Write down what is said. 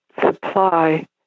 supply